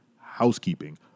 housekeeping